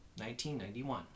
1991